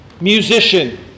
musician